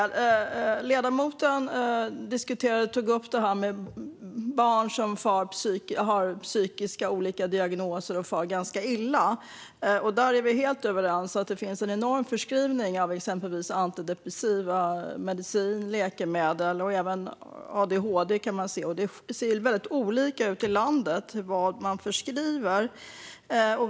Ledamoten tog upp detta med barn som har olika psykiska diagnoser och far ganska illa. Där är vi helt överens. Det sker en enorm förskrivning av exempelvis antidepressiva läkemedel och även läkemedel mot adhd. Vad man förskriver ser väldigt olika ut runt om i landet.